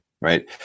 right